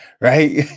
right